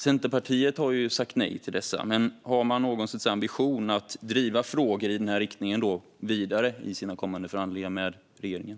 Centerpartiet har ju sagt nej till dessa, men har man någon ambition att driva frågor i den här riktningen vidare i sina kommande förhandlingar med regeringen?